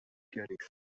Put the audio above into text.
diris